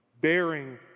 bearing